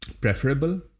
preferable